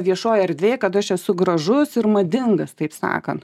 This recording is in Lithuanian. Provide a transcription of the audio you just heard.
viešojoj erdvėj kad aš esu gražus ir madingas taip sakant